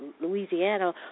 Louisiana